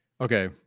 Okay